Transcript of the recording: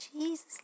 Jesus